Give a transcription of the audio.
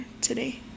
today